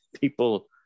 people